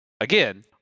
Again